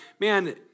man